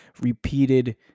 repeated